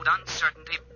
uncertainty